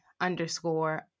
underscore